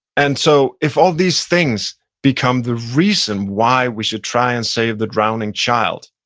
and so if all these things becomes the reason why we should try and save the drowning child,